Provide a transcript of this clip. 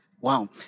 Wow